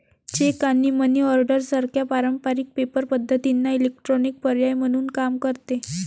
check आणि money order सारख्या पारंपारिक पेपर पद्धतींना इलेक्ट्रॉनिक पर्याय म्हणून काम करते